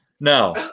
No